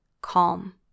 calm